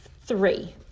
three